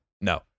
no